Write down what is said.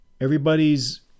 Everybody's